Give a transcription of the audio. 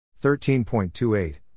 13.28